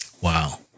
Wow